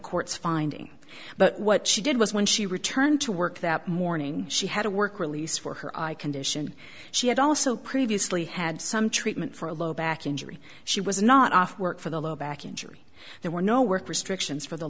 court's finding but what she did was when she returned to work that morning she had a work release for her eye condition she had also previously had some treatment for a low back injury she was not off work for the low back injury there were no work restrictions for the